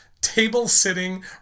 table-sitting